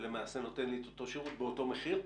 ולמעשה נותן לי את אותו שירות באותו מחיר?